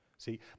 See